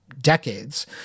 decades